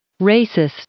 Racist